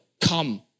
Come